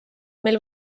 mil